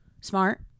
smart